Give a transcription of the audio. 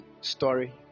story